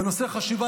בנושא חשיבה